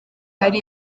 hari